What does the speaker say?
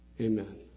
Amen